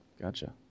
gotcha